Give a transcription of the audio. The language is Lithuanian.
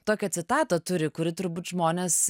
tokią citatą turi kuri turbūt žmones